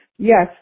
Yes